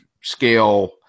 scale